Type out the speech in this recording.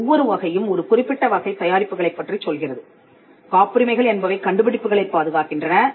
ஒவ்வொரு வகையும் ஒரு குறிப்பிட்ட வகை தயாரிப்புகளைப் பற்றி சொல்கிறது காப்புரிமைகள் என்பவை கண்டுபிடிப்புகளைப் பாதுகாக்கின்றன